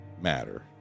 matter